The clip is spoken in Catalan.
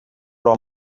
però